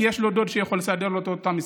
כי יש לו דוד שיכול לסדר לו את אותה משרה.